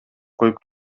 коюп